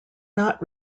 not